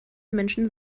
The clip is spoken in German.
menschen